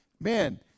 man